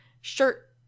shirt